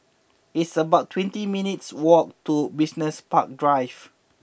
it's about twenty three minutes' walk to Business Park Drive